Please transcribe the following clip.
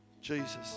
Jesus